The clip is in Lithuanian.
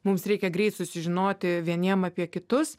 mums reikia greit susižinoti vieniem apie kitus